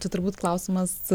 čia turbūt klausimas